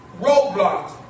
roadblocks